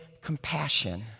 compassion